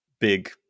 big